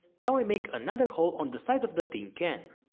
now i make another hole on the side of the thin can.